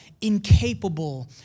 incapable